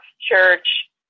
Church